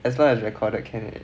as long as recorded can already